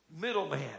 Middleman